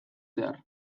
zehar